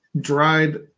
dried